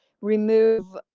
remove